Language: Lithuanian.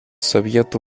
sovietų